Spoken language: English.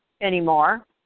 anymore